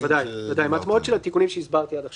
ואני הסכמתי עם זה כי אני חושב שזה נכון לתת את כל